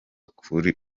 kugira